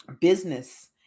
business